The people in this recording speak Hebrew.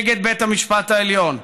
נגד בית המשפט העליון,